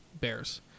Bears